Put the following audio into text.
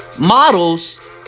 models